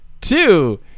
two